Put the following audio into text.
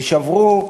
ושברו,